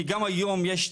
כי גם היום יש,